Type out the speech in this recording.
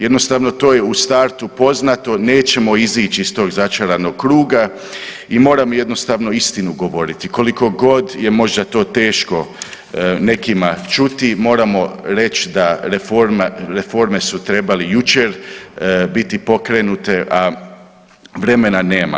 Jednostavno to je u startu poznato nećemo izić iz tog začaranog kruga i moram jednostavno istinu govoriti, kolikogod je to možda teško čuti moramo reći da reforme su trebale jučer biti pokrenute, a vremena nema.